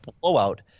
blowout